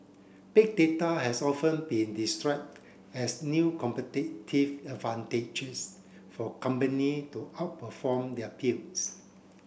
Big Data has often been described as new competitive advantages for company to outperform their peers